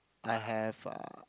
I have a